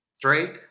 Drake